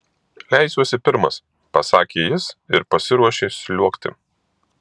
leisiuosi pirmas pasakė jis ir pasiruošė sliuogti